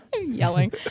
yelling